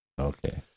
Okay